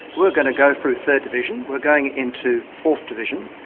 we're going to go through third division. we're going into fourth division,